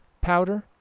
powder